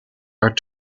art